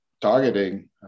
targeting